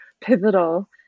pivotal